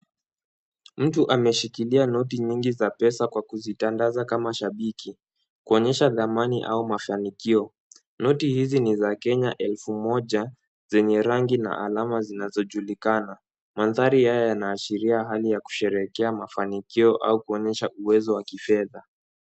Mtu ameshikilia noti nyingi za pesa kwa kuzitandaza kama shabiki. kuonyesha dhamani au mafanikio. Noti hizi ni za Kenya, elfu moja, zenye rangi na alama zinazojulikana. Mandhari haya yanaashiria hali ya kusherekea mafanikio, au kuonyesha uwezo wa kifedha.